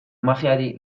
magiari